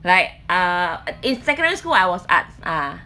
like uh in secondary school I was arts ah